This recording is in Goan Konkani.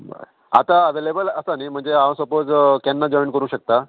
बरें आतां अवेलेबल आसा न्ही म्हणजे हांव सपोज केन्ना जॉयन करूं शकता